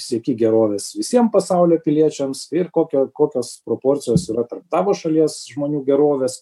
sieki gerovės visiem pasaulio piliečiams ir kokio kokios proporcijos yra tarp tavo šalies žmonių gerovės